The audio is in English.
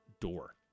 door